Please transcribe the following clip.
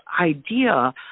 idea